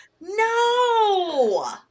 no